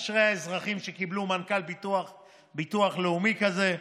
אשרי האזרחים שקיבלו מנכ"ל ביטוח לאומי כזה,